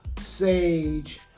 sage